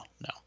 no